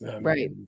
right